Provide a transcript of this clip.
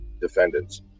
defendants